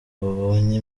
babonye